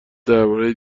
درباره